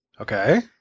Okay